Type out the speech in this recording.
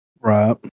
Right